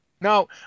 No